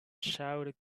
shouted